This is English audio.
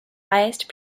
highest